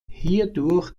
hierdurch